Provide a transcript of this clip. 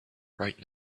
right